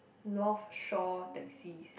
North Shore taxis